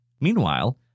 Meanwhile